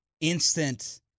instant